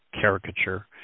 caricature